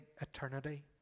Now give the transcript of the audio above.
eternity